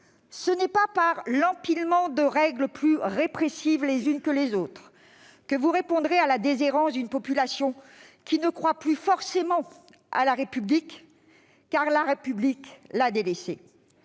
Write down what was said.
ce n'est pas par l'empilement de règles plus répressives les unes que les autres que vous répondrez à la déshérence d'une population qui ne croit plus forcément à la République, car celle-ci l'a délaissée.